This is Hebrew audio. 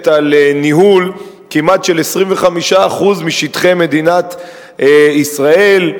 על ניהול כמעט 25% משטחי מדינת ישראל,